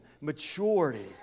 maturity